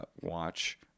watch